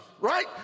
right